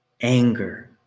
anger